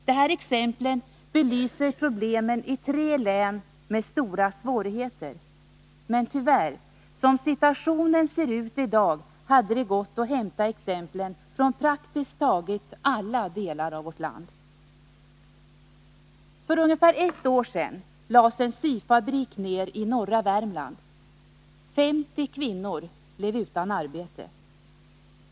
Dessa exempel belyser problemen i tre län med stora svårigheter, men som situationen tyvärr ser ut i dag hade det gått att hämta exemplen från praktiskt taget alla delar av vårt land. För ungefär ett år sedan lades en syfabrik ner i norra Värmland. 50 kvinnor blev utan arbete.